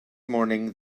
morning